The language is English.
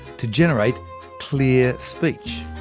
to generate clear speech.